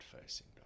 facing